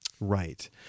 Right